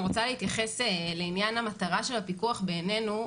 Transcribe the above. אני רוצה להתייחס לעניין המטרה של הפיקוח בעינינו.